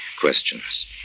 questions